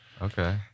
okay